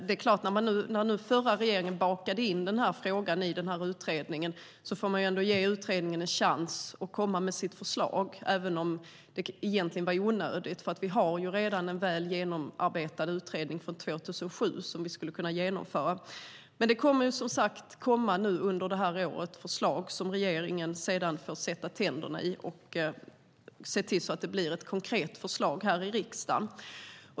Den förra regeringen bakade in frågan i utredningen, och det är klart att man ändå får ge utredningen en chans att komma med sitt förslag, även om det egentligen var onödigt. Vi har redan en väl genomarbetad utredning från 2007 med förslag som vi skulle kunna genomföra. De förslag som kommer att komma under året får regeringen sedan sätta tänderna i och se till att komma med ett konkret förslag till riksdagen.